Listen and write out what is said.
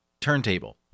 turntable